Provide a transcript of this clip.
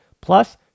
Plus